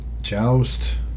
Joust